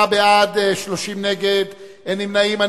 ארבעה בעד, 30 נגד, אין נמנעים.